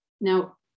Now